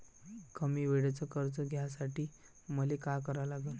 कमी वेळेचं कर्ज घ्यासाठी मले का करा लागन?